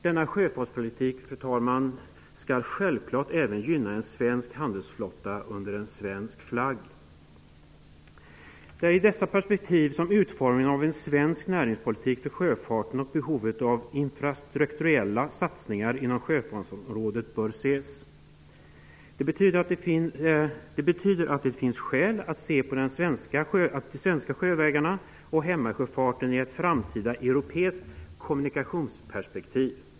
Denna sjöfartspolitik skall självfallet också gynna en svensk handelsflotta under svensk flagg. Det är i dessa perspektiv som utformningen av en svensk näringspolitik för sjöfarten och behovet av infrastrukturella satsningar inom sjöfartsområdet bör ses. Det betyder att det finns skäl att se på de svenska sjövägarna och hemmasjöfarten i ett framtida, europeiskt perspektiv.